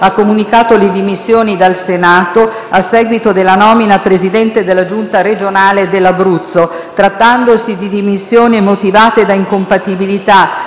ha comunicato le dimissioni dal Senato a seguito dell'elezione a Presidente della Giunta regionale dell'Abruzzo. Trattandosi di dimissioni motivate da incompatibilità,